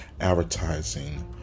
advertising